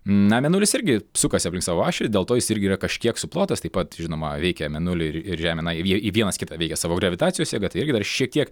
na mėnulis irgi sukasi aplink savo ašį dėl to jis irgi yra kažkiek suplotas taip pat žinoma veikia mėnulį ir ir žemę na jie į vienas kitą veikia savo gravitacijos jėga tai irgi dar šiek tiek